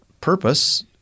purpose